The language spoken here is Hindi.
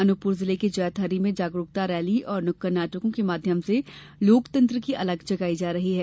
अनुपपुर जिले के जैतहरी में जागरूकता रैली और नुक्कड़ नाटकों के माध्यम से लोकतंत्र की अलख जगाई जा रही है